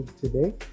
today